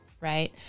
right